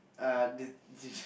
uh did did you